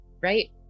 right